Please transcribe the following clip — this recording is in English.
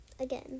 again